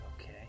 Okay